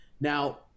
Now